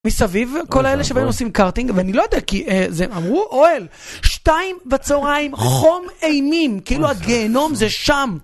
מסביב, כל אלה שבינינו עושים קארטינג, ואני לא יודע כי, זה אמרו, אוהל, שתיים בצהריים, חום אימים, כאילו הגיהנום זה שם.